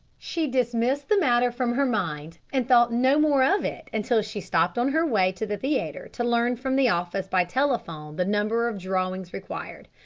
she dismissed the matter from her mind, and thought no more of it until she stopped on her way to the theatre to learn from the office by telephone the number of drawings required.